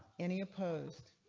any opposed.